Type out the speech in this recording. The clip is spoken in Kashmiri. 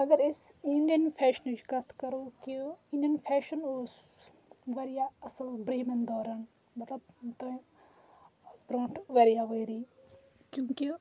اگر أسۍ اِنڈیَن فٮ۪شنٕچ کَتھ کَرو کہِ اِنڈیَن فٮ۪شَن اوس واریاہ اَصٕل برٛوہِمٮ۪ن دورا ن مَطلَب تَمہِ برٛونٛٹھ واریاہ ؤری کیوں کہِ